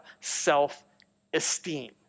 self-esteem